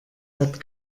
hat